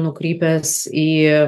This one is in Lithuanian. nukrypęs į